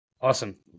Awesome